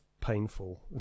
painful